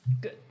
Good